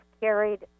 carried